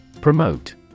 Promote